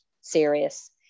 serious